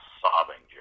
sobbing